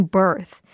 birth